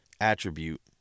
attribute